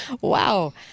Wow